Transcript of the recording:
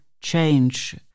change